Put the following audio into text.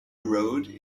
road